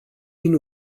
din